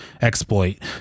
exploit